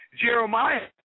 Jeremiah